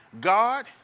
God